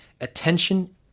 attention